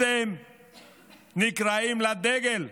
אתם נקראים לדגל.